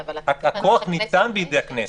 הכוח ניתן בידי הכנסת.